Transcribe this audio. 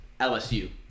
LSU